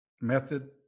method